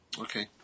Okay